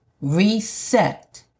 Reset